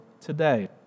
today